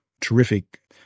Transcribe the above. terrific